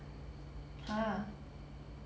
!huh!